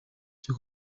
cyo